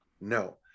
No